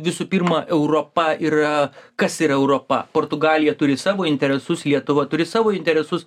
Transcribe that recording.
visų pirma europa yra kas yra europa portugalija turi savo interesus lietuva turi savo interesus